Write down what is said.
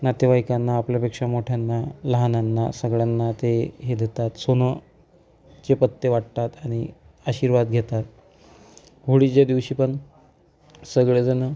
नातेवाईकांना आपल्यापेक्षा मोठ्यांना लहानांना सगळ्यांना ते हे देतात सोनंचे पत्ते वाटतात आणि आशीर्वाद घेतात होळीच्या दिवशी पण सगळेजणं